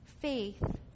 faith